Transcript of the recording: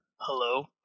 Hello